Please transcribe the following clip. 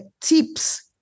tips